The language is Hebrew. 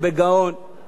עם כל הקושי